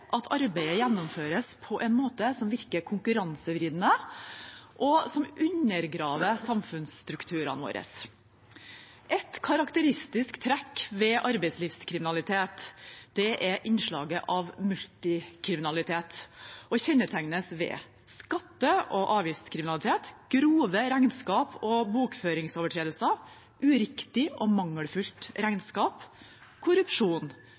at arbeidet gjennomføres på en måte som virker konkurransevridende, og som undergraver samfunnsstrukturene våre. Et karakteristisk trekk ved arbeidslivskriminalitet er innslaget av multikriminalitet, og det kjennetegnes ved skatte- og avgiftskriminalitet, grove regnskaps- og bokføringsovertredelser, uriktig og mangelfullt regnskap, korrupsjon,